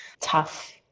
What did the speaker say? tough